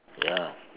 ya